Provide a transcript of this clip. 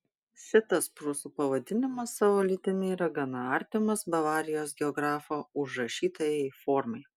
šitas prūsų pavadinimas savo lytimi yra gana artimas bavarijos geografo užrašytajai formai